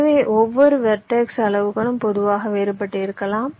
எனவே ஒவ்வொரு வெர்டெக்ஸ் அளவுகளும் பொதுவாக வேறுபட்டிருக்கலாம்